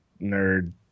nerd